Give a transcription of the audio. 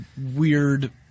weird